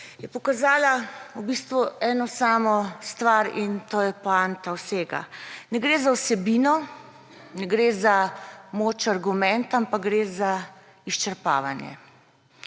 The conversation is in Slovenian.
je pokazala eno samo stvar, in to je poanta vsega. Ne gre za vsebino, ne gre za moč argumentov, ampak gre za izčrpavanje.